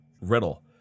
riddle